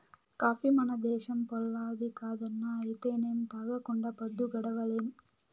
coffee మన దేశంపోల్లది కాదన్నా అయితేనేం తాగకుండా పద్దు గడవడంలే